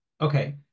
Okay